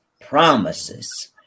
promises